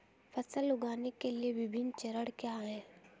फसल उगाने के विभिन्न चरण क्या हैं?